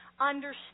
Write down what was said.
understand